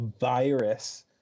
virus